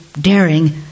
daring